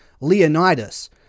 Leonidas